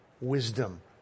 wisdom